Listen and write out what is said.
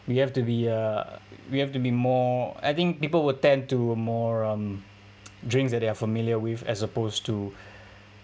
we have to be uh we have to be more I think people will tend to more um drinks that they are familiar with as opposed to